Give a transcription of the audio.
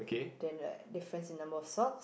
then right difference in number of sock